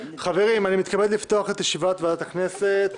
חברים, אני מתכבד לפתוח את ישיבת ועדת הכנסת